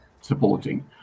supporting